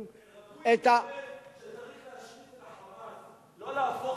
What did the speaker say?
רק, הוא התכוון שצריך להשמיד את ה"חמאס", לא להפוך